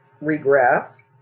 regress